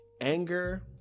anger